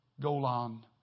Golan